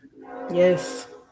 Yes